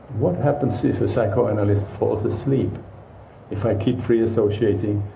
what happens if a psychoanalyst falls asleep if i keep free associating,